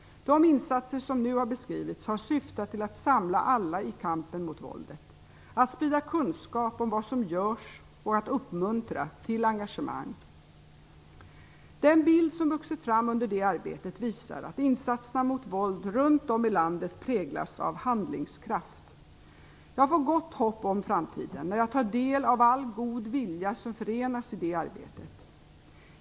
De insatser som nu har beskrivits har syftat till att samla alla i kampen mot våldet, att sprida kunskap om vad som görs och att uppmuntra till engagemang. Den bild som vuxit fram under detta arbete visar att insatserna mot våld runt om i landet präglas av handlingskraft. Jag får gott hopp om framtiden när jag tar del av all god vilja som förenas i detta arbete.